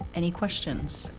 any questions?